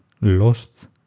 lost